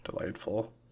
Delightful